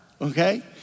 okay